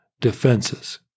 defenses